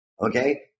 okay